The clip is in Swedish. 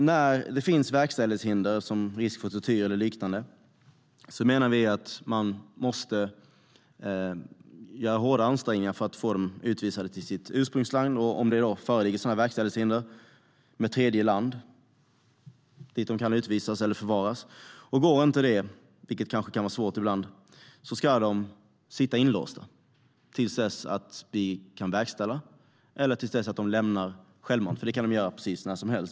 När det finns verkställighetshinder, som risk för tortyr eller liknande, menar vi att man måste göra hårdare ansträngningar för att få dessa personer utvisade till deras ursprungsland. Om det föreligger verkställighetshinder ska man försöka med ett tredje land som de kan utvisas till eller förvaras i. Det kanske kan vara svårt ibland, och om det inte går ska de sitta inlåsta till dess att vi kan verkställa utvisningen eller till dess att de självmant lämnar landet. Det kan de göra precis när som helst.